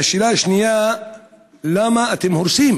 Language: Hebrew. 2. למה אתם הורסים